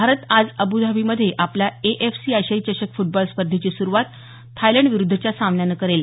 भारत आज अब्धाबीमध्ये आपल्या एएफसी आशियाई चषक फ्टबॉल स्पर्धेची सुरूवात थायलंडविरुद्धच्या सामन्यानं करेल